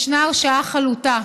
ישנה הרשעה חלוטה.